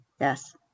yes